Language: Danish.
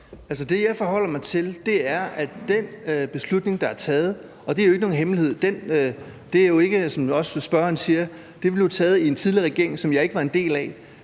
det, jeg forholder mig til, er den beslutning, der er taget. Det er jo ikke nogen hemmelighed, som også spørgeren siger, at den blev taget i en tidligere regering, som jeg ikke var en del af,